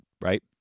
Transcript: right